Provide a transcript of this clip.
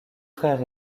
frères